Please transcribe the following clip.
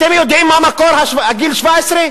אתם יודעים מה מקור הגיל 17?